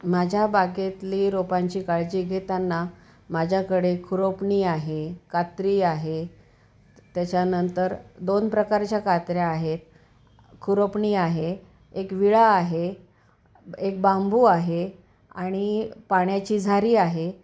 माझ्या बागेतली रोपांची काळजी घेताना माझ्याकडे खुरपणी आहे कात्री आहे त्याच्यानंतर दोन प्रकारच्या कात्र्या आहेत खुरपणी आहे एक विळा आहे एक बांबू आहे आणि पाण्याची झारी आहे